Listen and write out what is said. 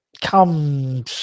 come